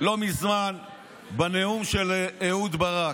לא מזמן בנאום של אהוד ברק.